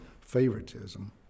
favoritism